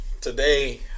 today